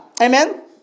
Amen